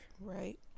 Right